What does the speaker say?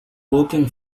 working